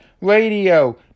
Radio